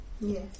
Yes